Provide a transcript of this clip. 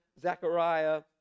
Zechariah